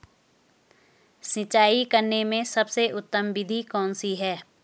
सिंचाई करने में सबसे उत्तम विधि कौन सी है?